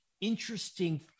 interesting